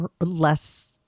less